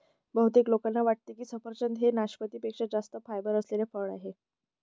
बहुतेक लोकांना वाटते की सफरचंद हे नाशपाती पेक्षा जास्त फायबर असलेले फळ आहे